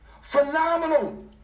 phenomenal